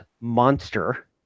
monster